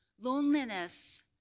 loneliness